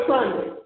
Sunday